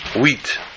wheat